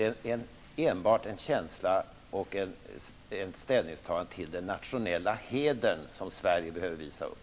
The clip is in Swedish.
Det är enbart en känsla för, och ett ställningstagande till, den nationella heder som Sverige behöver visa upp.